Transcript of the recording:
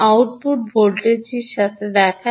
আউটপুটটি আসলে এইভাবে দেখায়